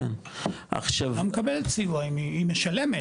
כן, עכשיו --- היא מקבלת סיוע, היא משלמת.